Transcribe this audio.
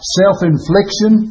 self-infliction